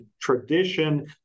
tradition